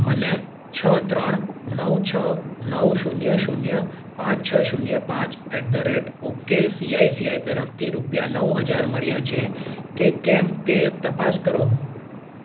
મને છ ત્રણ નવ છ નવ શૂન્ય શૂન્ય પાંચ છ શૂન્ય પાંચ at the rate okay C I C I તરફથી રૂપિયા નવ હજાર મળ્યા છે કે કેમ તે તપાસ કરો